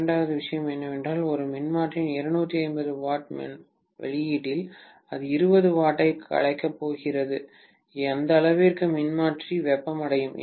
இரண்டாவது விஷயம் என்னவென்றால் ஒரு மின்மாற்றியின் 250 W வெளியீட்டில் அது 20 W ஐக் கலைக்கப் போகிறது அந்த அளவிற்கு மின்மாற்றி வெப்பமடையும்